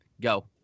Go